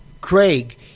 Craig